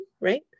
right